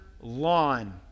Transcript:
lawn